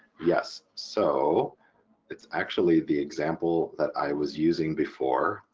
yes, so it's actually the example that i was using before,